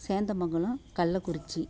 Sendamangalam Kallakurichi